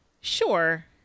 Sure